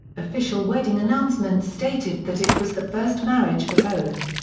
official wedding announcements stated that it was the first marriage for both.